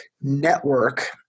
network